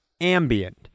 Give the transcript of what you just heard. ambient